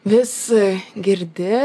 vis girdi